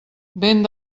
vent